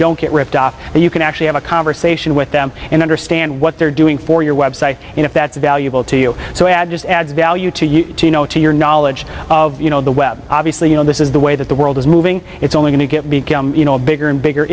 don't get ripped off but you can actually have a conversation with them and understand what they're doing for your website and if that's valuable to you so add just adds value to you know to your knowledge of you know the web obviously you know this is the way that the world is moving it's only going to get bigger and bigger